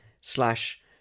slash